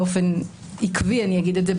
באופן עקבי אני אגיד את זה,